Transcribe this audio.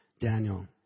Daniel